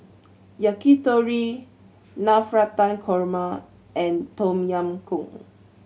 Yakitori Navratan Korma and Tom Yam Goong